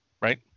right